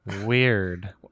Weird